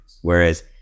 Whereas